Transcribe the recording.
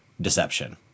deception